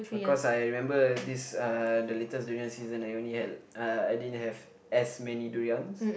cause I remember this uh the latest durian season I only had uh I didn't have as many durians